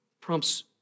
prompts